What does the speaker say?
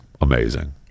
amazing